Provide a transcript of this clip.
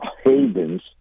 havens